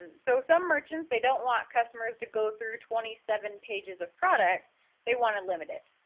and so some merchant's they don't want customers to go through twenty seven pages of products they want to limit it.